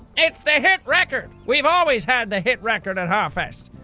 it's the hit record! we've always had the hit record at harfest!